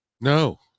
No